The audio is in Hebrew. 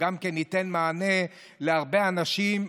גם זה ייתן מענה להרבה אנשים.